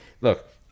look